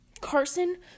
Carson